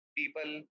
people